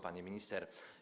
Pani Minister!